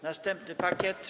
Następny pakiet.